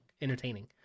entertaining